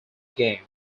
game